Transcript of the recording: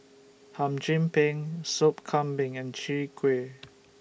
Hum Chim Peng Soup Kambing and Chwee Kueh